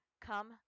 Come